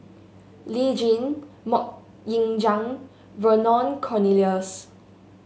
Lee Tjin MoK Ying Jang Vernon Cornelius